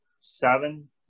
seven